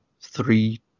three